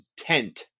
intent